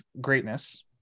greatness